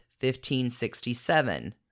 1567